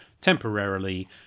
temporarily